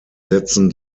setzen